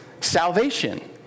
Salvation